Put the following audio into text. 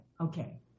Okay